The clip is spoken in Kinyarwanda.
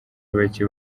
bake